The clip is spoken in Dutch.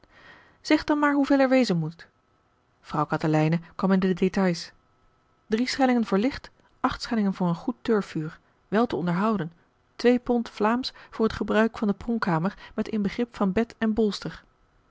zeg dan maar hoeveel er wezen moet vrouw katelijne kwam in de détails drie schellingen voor licht acht schellingen voor een goed turfvuur wel te onderhouden twee pond vlaamsch voor het gebruik van de pronkkamer met inbegrip van bed en bolster